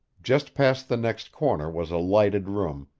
just past the next corner was a lighted room,